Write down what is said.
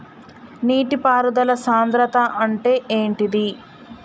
నీటి పారుదల సంద్రతా అంటే ఏంటిది?